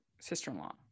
sister-in-law